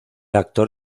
actor